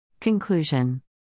Conclusion